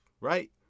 right